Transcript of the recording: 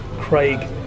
craig